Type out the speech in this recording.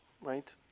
right